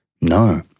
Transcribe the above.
No